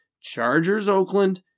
Chargers-Oakland